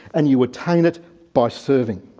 and you attain it by serving.